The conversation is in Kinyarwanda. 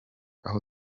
aho